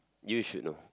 you should know